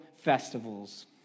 festivals